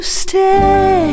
stay